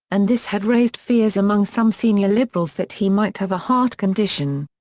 and this had raised fears among some senior liberals that he might have a heart condition.